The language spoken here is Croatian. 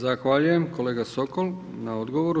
Zahvaljujem kolega Sokol na odgovoru.